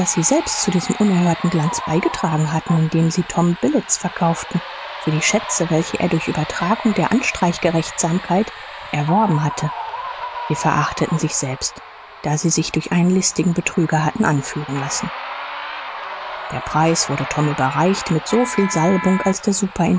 sie selbst zu diesem unerhörten glanz beigetragen hatten indem sie tom billetts verkauften für die schätze welche er durch übertragung der anstreich gerechtsame erworben hatte sie verachteten sich selbst da sie sich durch einen listigen betrüger hatten anführen lassen der preis wurde tom überreicht mit so viel salbung als der